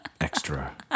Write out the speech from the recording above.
extra